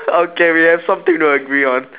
okay we have something to agree on